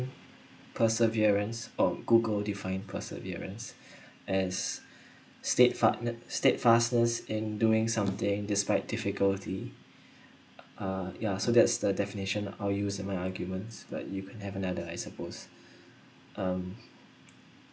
perseverance oh google defined perseverance as steadfad~ steadfastness in doing something despite difficulty uh ya so that's the definition I'll use in my arguments but you can have another I suppose um